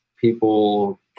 people